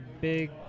big